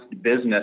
business